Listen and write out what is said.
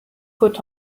put